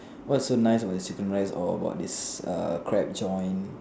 what's so nice about this chicken rice or about this err crab joint